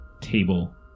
table